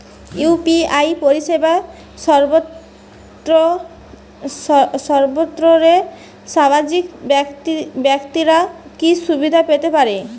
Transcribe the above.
UPI পরিসেবা সর্বস্তরের ব্যাবসায়িক ব্যাক্তিরা কি সুবিধা পেতে পারে?